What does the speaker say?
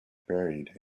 buried